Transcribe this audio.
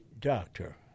doctor